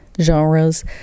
genres